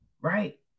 right